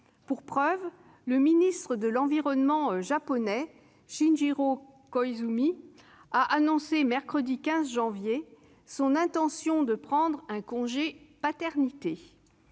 Pour preuve, le ministre de l'environnement japonais, Shinjiro Koizumi, a annoncé mercredi 15 janvier son intention de prendre un congé de paternité,